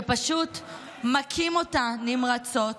שפשוט מכים אותה נמרצות,